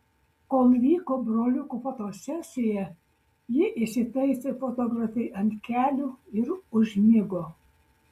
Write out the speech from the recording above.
kol vyko broliukų fotosesija ji įsitaisė fotografei ant kelių ir užmigo